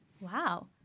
Wow